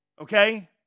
okay